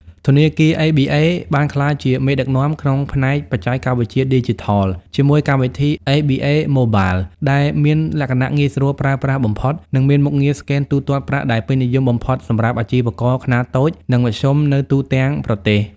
ធនាគារ អេប៊ីអេ (ABA ) បានក្លាយជាមេដឹកនាំក្នុងផ្នែកបច្ចេកវិទ្យាឌីជីថល ជាមួយកម្មវិធី ABA Mobile ដែលមានលក្ខណៈងាយស្រួលប្រើប្រាស់បំផុត និងមានមុខងារស្កែនទូទាត់ប្រាក់ដែលពេញនិយមបំផុតសម្រាប់អាជីវករខ្នាតតូច និងមធ្យមនៅទូទាំងប្រទេស។